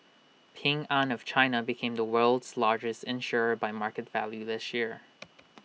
Ping an of China became the world's largest insurer by market value this year